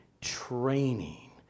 training